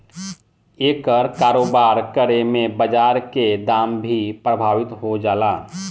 एकर कारोबार करे में बाजार के दाम भी प्रभावित हो जाला